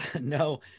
no